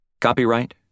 Copyright